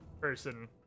person